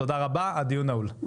תודה רבה, הדיון נעול.